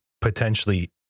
potentially